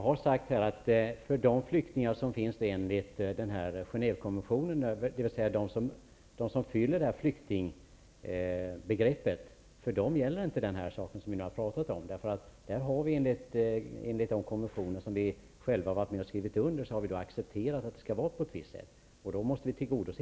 Herr talman! Jag har sagt att för de invandrare som uppfyller flyktingbegreppet enligt Genèvekonventionen gäller inte det som vi nu har talat om. Enligt de konventioner som vi själva har varit med och skrivit under har vi accepterat att det skall vara på ett visst sätt. Det måste vi tillgodose.